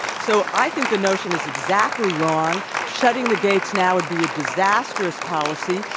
so i think the notion is exactly wrong. shutting the gates now would be a disastrous policy.